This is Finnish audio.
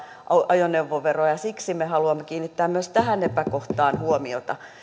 ajoneuvoveroa maksamaan ja siksi me haluamme kiinnittää myös tähän epäkohtaan huomiota